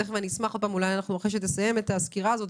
אולי אחרי שתסיים את הסקירה הזאת,